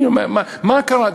מה קרה?